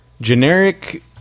generic